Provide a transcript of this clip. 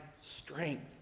strength